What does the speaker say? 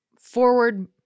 forward –